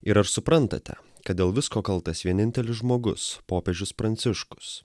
ir ar suprantate kad dėl visko kaltas vienintelis žmogus popiežius pranciškus